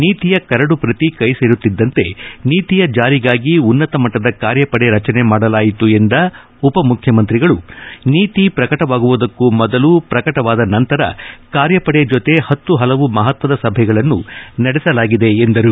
ನೀತಿಯ ಕರಡು ಪ್ರತಿ ಕೈಸೇರುತ್ತಿದ್ದಂತೆ ನೀತಿಯ ಜಾರಿಗಾಗಿ ಉನ್ನತ ಮಟ್ಟದ ಕಾರ್ಯಪಡೆ ರಚನೆ ಮಾಡಲಾಯಿತು ಎಂದ ಉಪ ಮುಖ್ಯಮಂತ್ರಿಗಳು ನೀತಿ ಪ್ರಕಟವಾಗುವುದಕ್ಕೂ ಮೊದಲು ಪ್ರಕಟವಾದ ನಂತರ ಕಾರ್ಯಪಡೆ ಜತೆ ಹತ್ತು ಹಲವು ಮಹತ್ವದ ಸಭೆಗಳನ್ನು ನಡೆಸಲಾಗಿದೆ ಎಂದರು